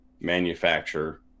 manufacture